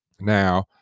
Now